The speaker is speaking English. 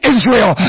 Israel